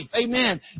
Amen